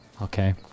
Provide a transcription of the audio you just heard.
Okay